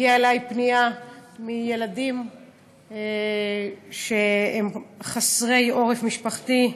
הגיעה אלי פנייה מילדים שהם חסרי עורף משפחתי,